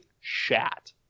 shat